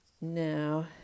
Now